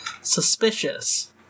suspicious